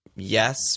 Yes